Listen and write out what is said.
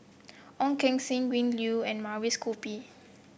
Ong Keng Sen Win Low and Mavis Khoo Bee